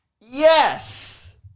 Yes